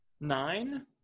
nine